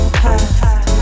past